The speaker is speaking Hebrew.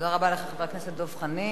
תודה רבה לך, חבר הכנסת דב חנין.